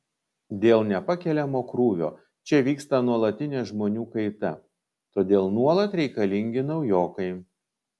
dėl nepakeliamo krūvio čia vyksta nuolatinė žmonių kaita todėl nuolat reikalingi naujokai